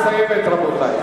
סליחה,